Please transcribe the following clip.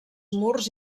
murs